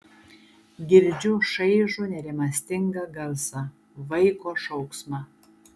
girdžiu šaižų nerimastingą garsą vaiko šauksmą